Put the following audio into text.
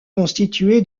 constitué